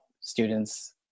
students